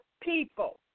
people